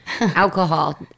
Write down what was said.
alcohol